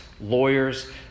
lawyers